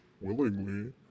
willingly